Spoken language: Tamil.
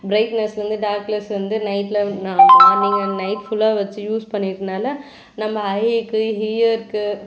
ப்ரெயிட்னஸ்லேருந்து டார்க்னஸ் வந்து நைட்ல மார்னிங் அண்ட் நைட் ஃபுல்லாக வச்சு யூஸ் பண்ணிறனால நம்ம ஐயிக்கு ஹியர்க்கு